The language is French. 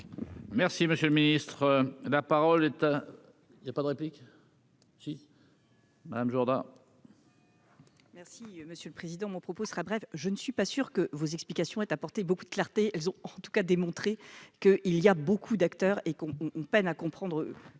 Merci, monsieur le Ministre, la parole, il y a pas de réplique si. Madame Jourdain. Merci monsieur le président, mon propos sera brève, je ne suis pas sûr que vos explications apporté beaucoup de clarté, elles ont en tous cas, démontrer que, il y a beaucoup d'acteurs et qu'on on peine à comprendre,